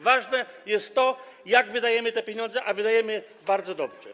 Ważne jest to, jak wydajemy te pieniądze, a wydajemy je bardzo dobrze.